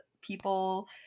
people